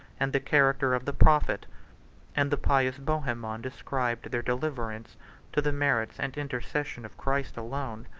and the character of the prophet and the pious bohemond ascribed their deliverance to the merits and intercession of christ alone.